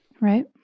right